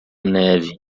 neve